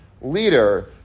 leader